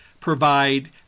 provide